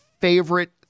favorite